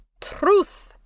truth